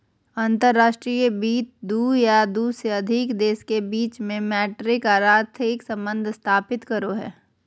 अंतर्राष्ट्रीय वित्त दू या दू से अधिक देश के बीच मौद्रिक आर आर्थिक सम्बंध स्थापित करो हय